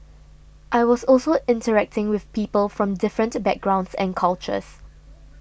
I was also interacting with people from different backgrounds and cultures